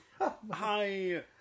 Hi